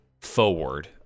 forward